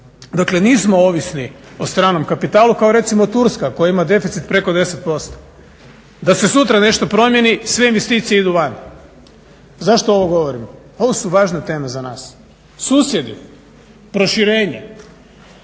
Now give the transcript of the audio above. Dakle, nismo ovisni o stranom kapitalu kao recimo Turska koja ima deficit preko 10%. Da se sutra nešto promijeni sve investicije idu van. Zašto ovo govorim? Ovo su važne teme za nas. Susjedi, proširenje.